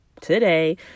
today